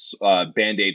band-aid